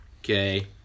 Okay